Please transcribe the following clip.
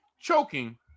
choking